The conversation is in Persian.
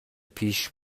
پیش